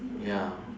ya